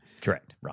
Correct